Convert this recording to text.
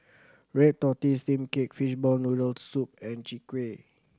red tortoise steamed cake fishball noodle soup and Chwee Kueh